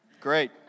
great